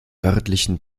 örtlichen